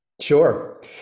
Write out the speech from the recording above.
Sure